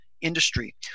industry